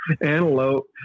antelope